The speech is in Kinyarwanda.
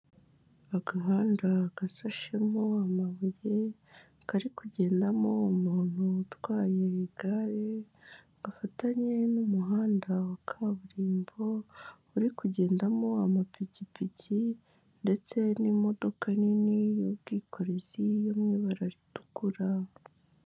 Agahanda gasashemo amabuye, kari kugendamo umuntu utwaye igare, gafatanye n'umuhanda wa kaburimbo, uri kugendamo amapikipiki, ndetse n'imodoka nini y'ubwikorezi, yo mu ibara ritukura.